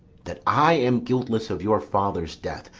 that i am guiltless of your father's death,